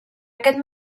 aquest